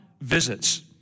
visits